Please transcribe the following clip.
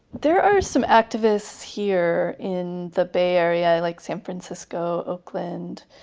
there are some activists here in the bay area like san francisco, oakland.